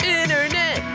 internet